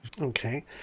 Okay